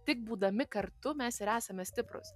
tik būdami kartu mes ir esame stiprūs